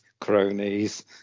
cronies